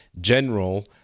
general